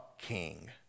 king